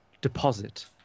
deposit